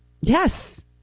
Yes